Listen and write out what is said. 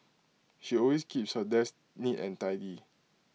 she always keeps her desk neat and tidy